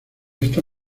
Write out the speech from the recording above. esta